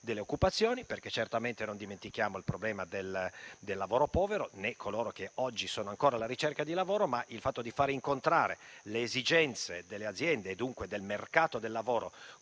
infatti certamente il problema del lavoro povero, né coloro che oggi sono ancora alla ricerca di lavoro, ma il fatto di fare incontrare le esigenze delle aziende, dunque del mercato del lavoro,